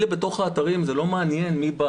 את אלה שעובדים באתרים לא מעניין מי בא